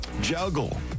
juggle